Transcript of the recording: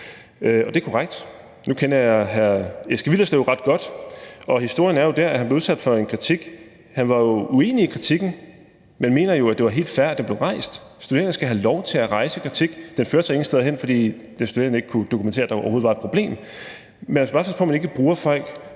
Det er korrekt. Nu kender jeg Eske Willerlslev ret godt. Historien er jo der, at han blev udsat for en kritik, og at han var uenig i kritikken. Men han mener jo, at det var helt fair, at kritikken blev rejst. Studerende skal have lov til at rejse kritik. Den førte så ingen steder hen, fordi den studerende ikke kunne dokumentere, at der overhovedet var et problem. Men man skal bare passe på, at man ikke bruger folk